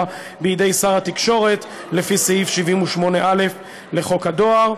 בידי שר התקשורת לפי סעיף 78א לחוק הדואר,